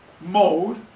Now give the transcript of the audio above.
mode